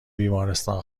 بیمارستان